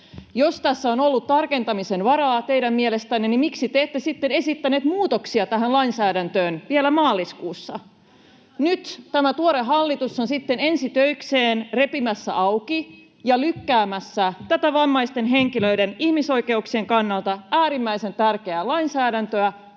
Jos tässä on ollut tarkentamisen varaa teidän mielestänne, niin miksi te ette sitten esittäneet muutoksia tähän lainsäädäntöön vielä maaliskuussa? Nyt tämä tuore hallitus on sitten ensi töikseen repimässä auki ja lykkäämässä tätä vammaisten henkilöiden ihmisoikeuksien kannalta äärimmäisen tärkeää lainsäädäntöä